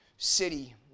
City